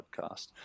podcast